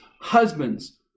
Husbands